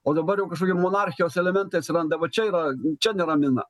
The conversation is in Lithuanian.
o dabar jau kažkokie monarchijos elementai atsiranda va čia yra čia neramina